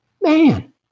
man